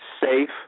safe